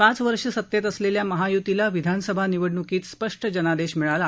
पाच वर्ष सत्तेत असलेल्या महाय्तीला विधानसभा निवडण्कीत स्पष्ट जनादेश मिळाला